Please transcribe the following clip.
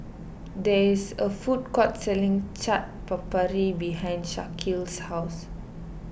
there is a food court selling Chaat Papri behind Shaquille's house